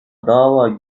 dava